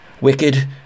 wicked